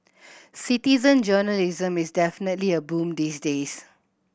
citizen journalism is definitely a boom these days